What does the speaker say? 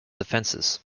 defences